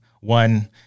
one